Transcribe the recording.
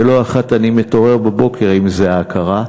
ולא אחת אני מתעורר בבוקר עם זיעה קרה,